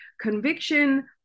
conviction